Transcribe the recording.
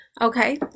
Okay